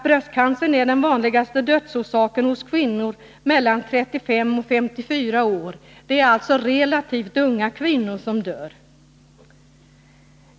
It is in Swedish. Bröstcancern är den vanligaste dödsorsaken hos kvinnor mellan 35 och 54 år — det är alltså relativt unga kvinnor som dör.